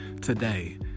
today